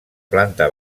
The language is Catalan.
planta